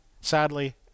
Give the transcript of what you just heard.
sadly